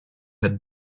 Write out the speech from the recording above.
had